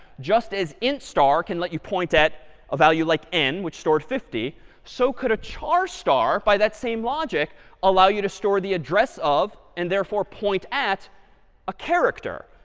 just as int star can let you point at a value like n which stored fifty so could a char star by that same logic allow you to store the address of and therefore point at a character.